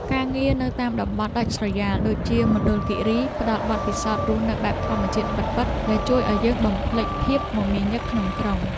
ការងារនៅតាមតំបន់ដាច់ស្រយាលដូចជា មណ្ឌលគិរី ផ្ដល់បទពិសោធន៍រស់នៅបែបធម្មជាតិពិតៗដែលជួយឱ្យយើងបំភ្លេចភាពមមាញឹកក្នុងទីក្រុង។